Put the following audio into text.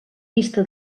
vista